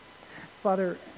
Father